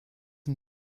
and